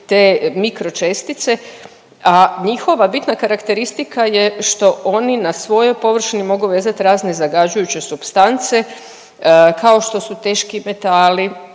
te mikročestice, a njihova bitna karakteristika je što oni na svojoj površini mogu vezati razne zagađujuće supstance, kao što su teški metali,